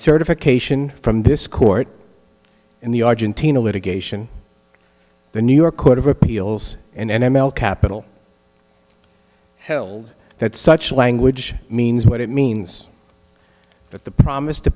certification from this court in the argentina litigation the new york court of appeals and m l capital held that such language means what it means but the promise to